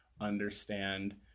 understand